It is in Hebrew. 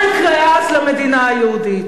מה יקרה אז, למדינה היהודית?